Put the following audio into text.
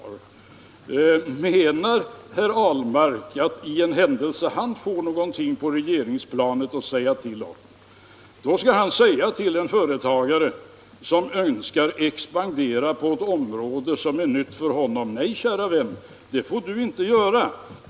Menar herr Ahlmark, i den händelse han får något att säga till om på regeringsplanet, att han skall säga till en företagare som önskar expandera på ett område som är nytt för honom: ”Nej, käre vän, det får du inte göra.